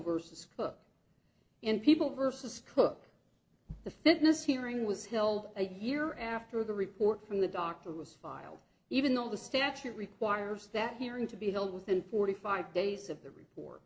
versus cook and people versus cook the fitness hearing was held a year after the report from the doctor was filed even though the statute requires that hearing to be held within forty five days of the report